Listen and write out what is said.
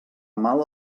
mal